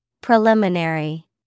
Preliminary